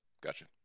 Gotcha